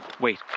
Wait